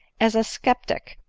as a sceptic,